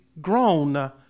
grown